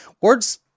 words